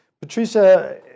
Patricia